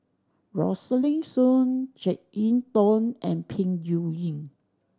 Rosaline Soon Jek Yeun Thong and Peng Yuyun